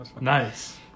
nice